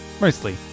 Mostly